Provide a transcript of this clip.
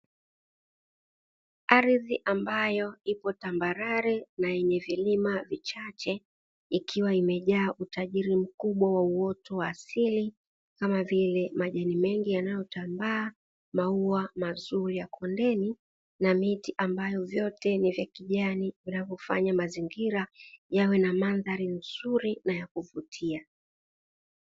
Ardhi ambayo ipo tambarare na yenye milima michache ikiwa imejaa utajiri mkubwa wa uoto wa asili kama vile maji mengi yanayotambaa, maua mazuri ya kondeni na miti ambayo vyote ni vya kijani na hufanya mazingira yawe na mandhari nzuri na ya kuvutia.